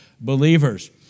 believers